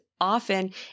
often